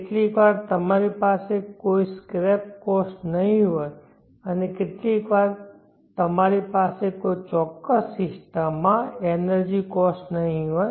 કેટલીકવાર તમારી પાસે કોઈ સ્ક્રેપ કોસ્ટ નહીં હોય અને કેટલીકવાર તમારી પાસે કોઈ ચોક્કસ સિસ્ટમમાં એનર્જી કોસ્ટ નહીં હોય